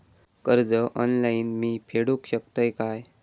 कर्ज ऑनलाइन मी फेडूक शकतय काय?